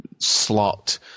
slot